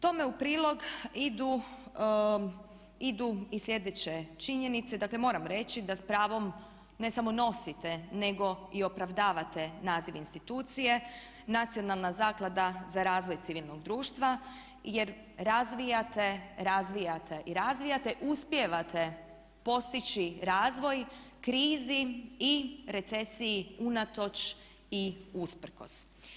Tome u prilog idu i sljedeće činjenice, dakle moram reći da s pravom ne samo nosite nego i opravdavate naziv institucije Nacionalna zaklada za razvoj civilnog društva jer razvijate i razvijate, uspijevate postići razvoj krizi i recesiji unatoč i usprkos.